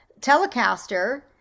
Telecaster